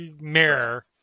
mirror